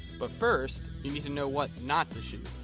but first, you need to know what not to shoot.